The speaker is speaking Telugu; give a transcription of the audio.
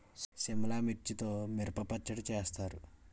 సిమ్లా మిర్చితో మిరప పచ్చడి చేస్తారు